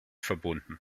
verbunden